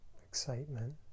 excitement